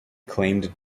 claimed